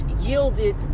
yielded